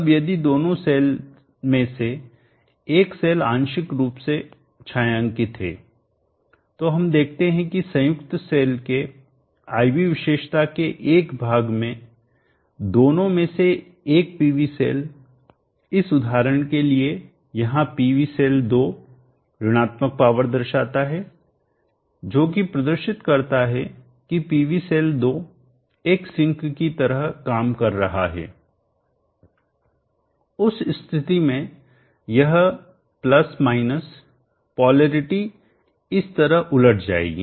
अब यदि दोनों सेल में से एक सेल आंशिक रूप से छायांकित है तो हम देखते हैं कि संयुक्त सेल के I V विशेषता के एक भाग में दोनों में से एक PV सेल इस उदाहरण के लिए यहां PV सेल 2 ऋणात्मक पावर दर्शाता है जोकि प्रदर्शित करता है कि पीवी सेल 2 एक सिंक की तरह काम कर रहा है उस स्थिति में यह पोलैरिटी इस तरह उलट जाएगी